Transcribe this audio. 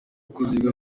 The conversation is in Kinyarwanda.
kuziga